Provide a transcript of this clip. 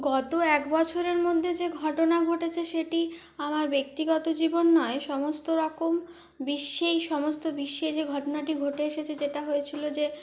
গত এক বছরের মধ্যে যে ঘটনা ঘটেছে সেটি আমার ব্যক্তিগত জীবন নয় সমস্ত রকম বিশ্বেই সমস্ত বিশ্বে যে ঘটনাটি ঘটে এসেছে যেটা হয়েছিল যে